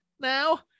now